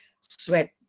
sweat